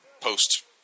post